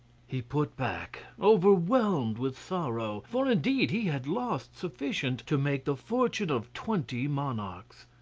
he put back, overwhelmed with sorrow, for indeed he had lost sufficient to make the fortune of twenty monarchs.